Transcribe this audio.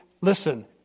Listen